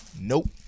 Nope